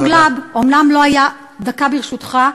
אותו גלאב, דקה, ברשותך,